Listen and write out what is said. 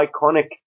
iconic